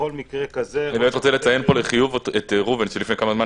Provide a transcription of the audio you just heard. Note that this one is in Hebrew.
אני באמת רוצה לציין פה לחיוב את ראובן שלפני כמה זמן